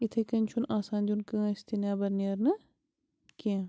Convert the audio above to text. یِتھٔے کَٔنۍ چھُنہٕ آسان دیٛن کٲنٛسہِ تہِ نیٚبَر نیرنہٕ کیٚنٛہہ